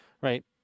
right